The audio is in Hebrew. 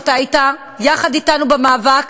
ואתה היית יחד אתנו במאבק,